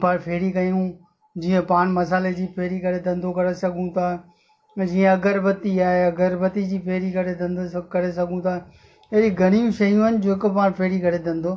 पाण फेरी कयूं जीअं पान मसाले जी फेरी करे धंधो करे सघूं था भई जीअं अगरबती आहे अगरबती जी फेरी करे धंधो स करे सघूं ता अहिड़ी घणियूं शयूं आहिनि जेको पाण फेरी करे धंधो